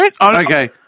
Okay